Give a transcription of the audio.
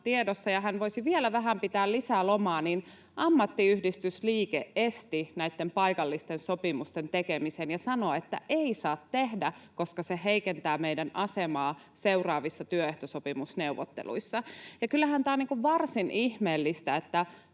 ja hän voisi vielä vähän pitää lisää lomaa, niin ammattiyhdistysliike esti näitten paikallisten sopimusten tekemisen ja sanoi, että ei saa tehdä, koska se heikentää meidän asemaa seuraavissa työehtosopimusneuvotteluissa. Kyllähän tämä on varsin ihmeellistä,